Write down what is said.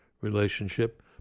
relationship